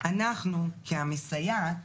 אנחנו כ"מסייעת"